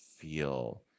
feel